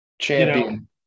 champion